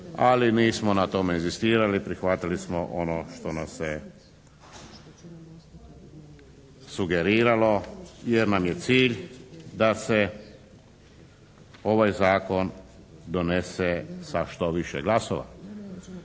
ali mi smo na tome inzistirali, prihvatili smo ono što nam se sugeriralo, jer nam je cilj da se ovaj Zakon donese sa što više glasova.